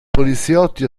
poliziotti